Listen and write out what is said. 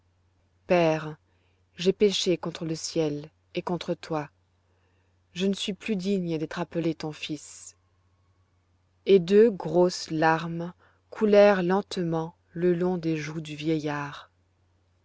père j'ai péché contre le ciel et contre toi je ne suis plus digne d'être appelé ton fils et deux grosses larmes coulèrent lentement le long des joues du vieillard